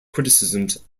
criticisms